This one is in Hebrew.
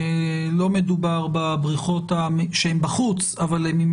לא מדובר בבריכות שהן בחוץ אבל הן עם